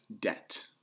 debt